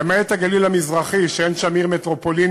שלמעט הגליל המזרחי, שאין שם עיר מטרופולינית,